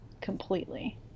completely